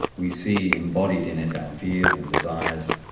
we see embodied in it our fears and desires,